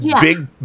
big